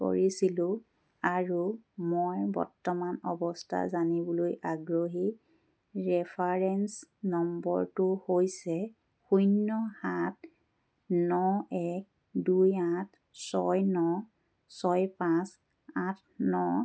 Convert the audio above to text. কৰিছিলোঁ আৰু মই বৰ্তমানৰ অৱস্থা জানিবলৈ আগ্ৰহী ৰেফাৰেন্স নম্বৰটো হৈছে শূন্য সাত ন এক দুই আঠ ছয় ন ছয় পাঁচ আঠ ন